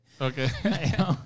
Okay